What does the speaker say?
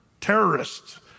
terrorists